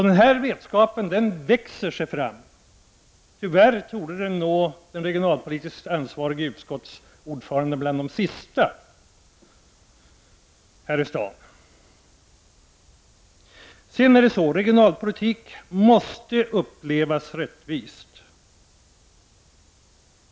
Den här vetskapen växer fram, och tyvärr torde den regionalpolitiskt ansvarige utskottsordföranden vara bland de sista här i staden som nås av den. Regionalpolitik måste upplevas rättvist.